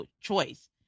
choice